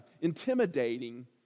intimidating